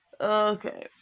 Okay